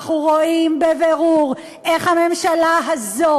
אנחנו רואים בבירור איך הממשלה הזו